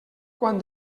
quan